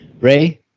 Ray